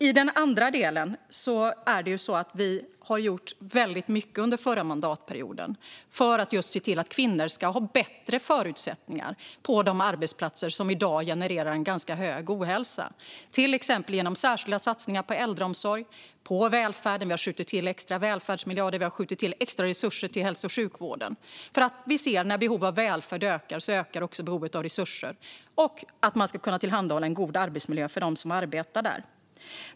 I den andra delen har vi har gjort mycket under den förra mandatperioden för att se till att kvinnor ska ha bättre förutsättningar på de arbetsplatser som i dag genererar en ganska hög ohälsa, till exempel genom särskilda satsningar på äldreomsorgen och välfärden. Vi har skjutit till extra välfärdsmiljarder och extra resurser till hälso och sjukvården därför att vi ser att när behovet av välfärd ökar så ökar också behovet av resurser och därför att man ska kunna tillhandahålla en god arbetsmiljö för dem som arbetar där.